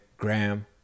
Graham